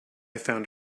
found